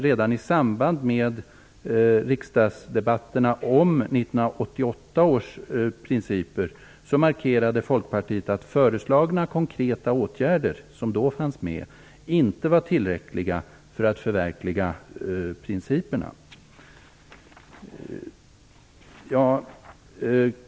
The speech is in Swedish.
Redan i samband med riksdagsdebatterna om 1988 års principer markerade Folkpartiet att föreslagna konkreta åtgärder som då fanns med inte var tillräckliga för att förverkliga principerna.